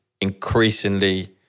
increasingly